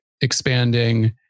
expanding